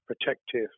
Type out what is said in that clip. protective